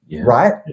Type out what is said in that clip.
right